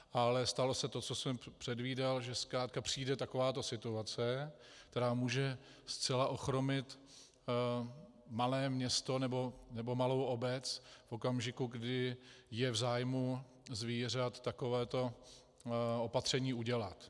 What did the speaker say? Ale stalo se to, co jsem předvídal, že zkrátka přijde takováto situace, která může zcela ochromit malé město nebo malou obec v okamžiku, kdy je v zájmu zvířat takovéto opatření udělat.